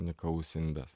nykaus indas